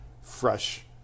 fresh